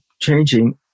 changing